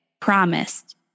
promised